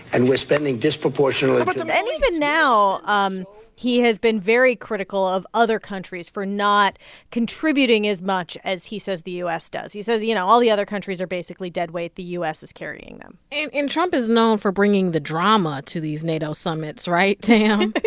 and we're spending disproportionately but and even now, um he has been very critical of other countries for not contributing as much as he says the u s. does. he says, you know, all the other countries are basically dead weight. the u s. is carrying them and trump is known for bringing the drama to these nato summits, right, tam?